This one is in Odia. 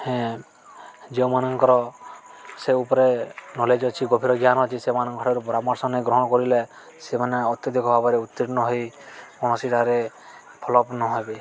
ହଁ ଯେଉଁମାନଙ୍କର ସେ ଉପରେ କ୍ନୋଲେଜ୍ ଅଛି ଗଭୀର ଜ୍ଞାନ ଅଛି ସେମାନଙ୍କ ଠାରୁ ପରାମର୍ଶ ନେଇ ଗ୍ରହଣ କରିଲେ ସେମାନେ ଅତ୍ୟଧିକ ଭାବରେ ଉତ୍ତୀର୍ଣ୍ଣ ହୋଇ କୌଣସି ଠାରେ ହେବେ